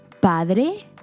padre